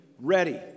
ready